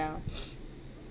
ya